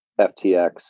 FTX